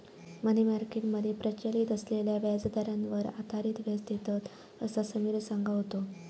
मनी market मध्ये प्रचलित असलेल्या व्याजदरांवर आधारित व्याज देतत, असा समिर सांगा होतो